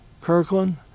Kirkland